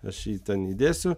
aš jį ten įdėsiu